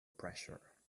pressure